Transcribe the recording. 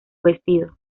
vestido